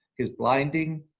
his blinding,